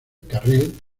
carril